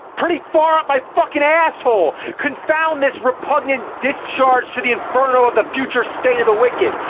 pretty far up my fucking asshole! confound this repugnant discharge to the inferno of the future state of the wicked!